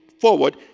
forward